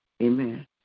Amen